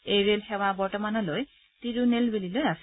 এই ৰেল সেৱা বৰ্তমানলৈ তিৰুনেলবেলীলৈ আছিল